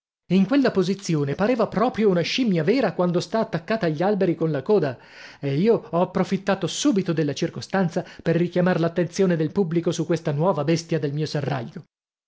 paura in quella posizione pareva proprio una scimmia vera quando sta attaccata agli alberi con la coda e io ho approfittato subito della circostanza per richiamar l'attenzione del pubblico su questa nuova bestia del mio